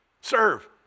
Serve